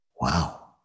Wow